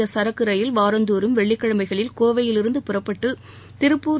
இந்த சரக்கு ரயில் வாரந்தோறும் வெள்ளிக்கிழமைகளில் கோவையிலிருந்து புறப்பட்டு திருப்பூர்